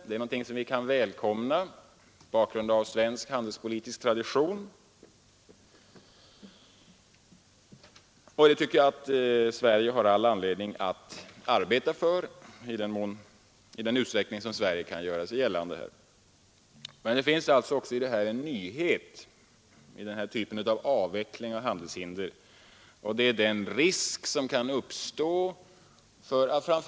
Det är någonting som vi kan välkomna mot bakgrund av svensk handelspolitisk tradition. Jag tycker att Sverige har all anledning att arbeta för detta i den utsträckning Sverige här kan göra sig gällande. Det finns dock i den här typen av avveckling av handelshinder en nyhet. Det gäller de nya skyddsregler man vill sätta i system.